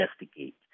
investigate